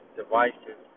devices